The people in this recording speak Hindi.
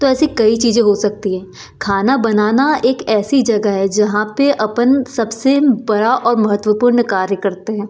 तो ऐसी कई चीज़ें हो सकती हैं खाना बनाना एक ऐसी जगह है जहाँ पर अपन सबसे बड़ा और महत्वपूर्ण कार्य करते हैं